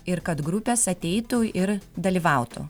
ir kad grupės ateitų ir dalyvautų